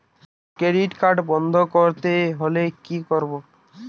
Credit card বন্ধ করতে হলে কি করব?